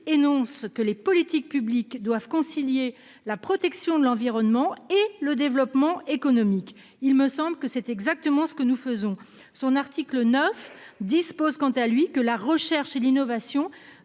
énonce que les politiques publiques doivent concilier la protection de l'environnement et le développement économique. Il me semble que c'est exactement ce que nous faisons. Son article 9, dispose, quant à lui que la recherche et l'innovation